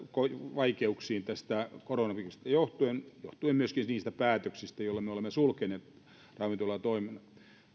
vaikeuksiin koronakiirisistä johtuen vaan johtuen myöskin niistä päätöksistä joilla me olemme sulkeneet ravintolatoiminnan